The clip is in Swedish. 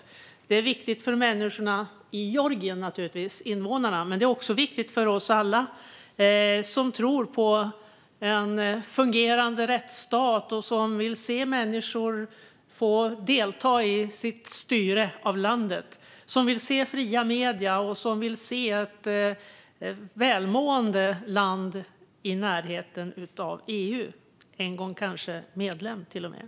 Landet är viktigt för invånarna i Georgien, men det är också viktigt för oss alla som tror på en fungerande rättsstat och som vill se människor delta i styret av landet, som vill se fria medier och ett välmående land i närheten av EU - kanske till och med som medlem.